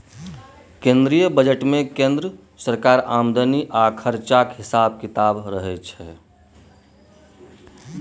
केंद्रीय बजट मे केंद्र सरकारक आमदनी आ खरचाक हिसाब किताब रहय छै